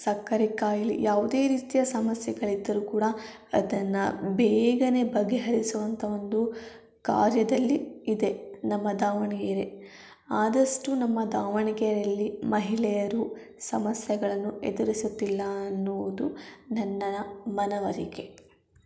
ಸಕ್ಕರೆ ಕಾಯ್ಲೆ ಯಾವುದೇ ರೀತಿಯ ಸಮಸ್ಯೆಗಳಿದ್ದರೂ ಕೂಡ ಅದನ್ನು ಬೇಗನೆ ಬಗೆಹರಿಸುವಂಥ ಒಂದು ಕಾರ್ಯದಲ್ಲಿ ಇದೆ ನಮ್ಮ ದಾವಣಗೆರೆ ಆದಷ್ಟು ನಮ್ಮ ದಾವಣಗೆರೆಯಲ್ಲಿ ಮಹಿಳೆಯರು ಸಮಸ್ಯೆಗಳನ್ನು ಎದುರಿಸುತ್ತಿಲ್ಲ ಅನ್ನುವುದು ನನ್ನ ಮನವರಿಕೆ